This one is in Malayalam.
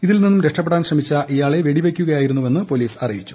ഇതിൽ നിന്നും രക്ഷപ്പെടാൻ ശ്രമിച്ച ഇയാളെ വെടി വയ്ക്കുകയായിരുന്നുവെന്ന് പൊലീസ് അറിയിച്ചു